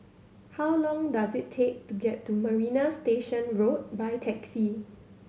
how long does it take to get to Marina Station Road by taxi